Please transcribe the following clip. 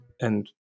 and-